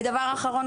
ודבר אחרון,